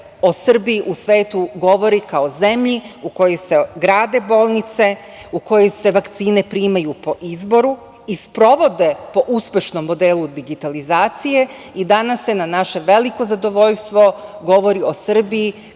o Srbiji u svetu govori kao zemlji u kojoj se grade bolnice, u kojoj se vakcine primaju po izboru i sprovode po uspešnom modelu digitalizacije i danas se na naše veliko zadovoljstvo govori o Srbiji